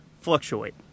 fluctuate